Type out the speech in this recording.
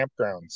campgrounds